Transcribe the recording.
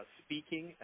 speaking